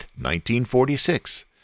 1946